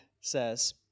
says